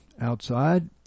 outside